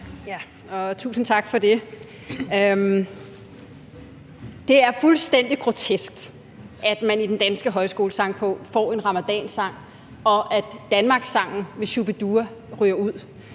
Tusind tak for det. Det er fuldstændig grotesk, at man i den danske højskolesangbog får en ramadansang, og at Danmarkssangen af Shu-bi-dua ryger ud.